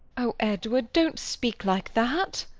oh! edward don't speak like that.